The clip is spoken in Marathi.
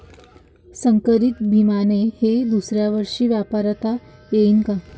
संकरीत बियाणे हे दुसऱ्यावर्षी वापरता येईन का?